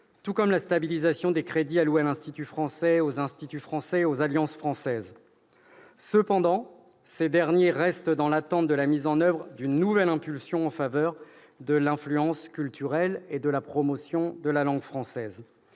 tout comme la stabilisation des crédits alloués à l'Institut français, aux instituts français et aux alliances françaises. Cependant, ces derniers restent dans l'attente de la mise en oeuvre d'une nouvelle impulsion en faveur de l'influence culturelle et de la promotion de la langue française.